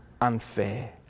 unfair